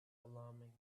alarming